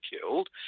killed